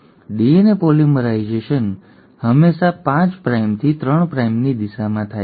DNA polymerisation હંમેશાં ૫ પ્રાઇમથી ૩ પ્રાઇમની દિશામાં થાય છે